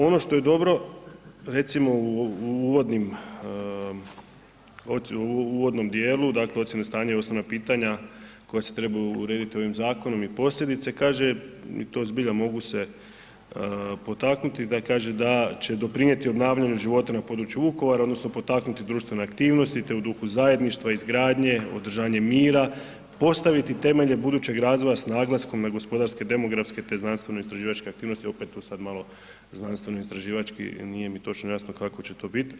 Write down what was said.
Ono što je dobro, recimo u uvodnom dijelu dakle ocjena stanja i osnovna pitanja koja se trebaju urediti ovim zakonom i posljedice, kaže i to zbilja mogu se potaknuti da kaže da će doprinijeti obnavljanju života na području Vukovara odnosno potaknuti društvene aktivnosti te u duhu zajedništva, ogradnje, održavanje mira postaviti temelje budućeg razvoja s naglaskom na gospodarske, demografske te znanstvenoistraživačke aktivnosti, opet tu sada malo znanstvenoistraživački nije mi točno jasno kako će to biti.